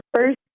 first